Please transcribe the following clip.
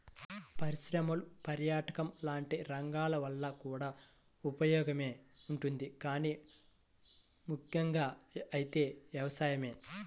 పరిశ్రమలు, పర్యాటకం లాంటి రంగాల వల్ల కూడా ఉపయోగమే ఉంటది గానీ ముక్కెంగా అయితే వ్యవసాయమే